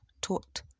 taught